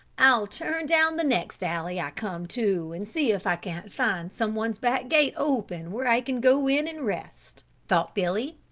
i'll turn down the next alley i come to and see if i can't find someone's back gate open where i can go in and rest, thought billy.